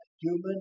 human